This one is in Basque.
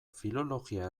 filologia